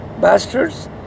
bastards